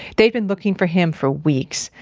they'd been looking for him for weeks.